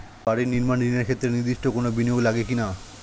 বাড়ি নির্মাণ ঋণের ক্ষেত্রে নির্দিষ্ট কোনো বিনিয়োগ লাগবে কি না?